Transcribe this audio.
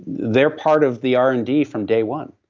they're part of the r and d from day one,